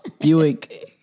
Buick